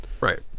Right